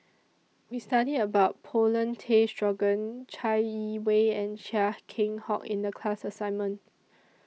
We studied about Paulin Tay Straughan Chai Yee Wei and Chia Keng Hock in The class assignment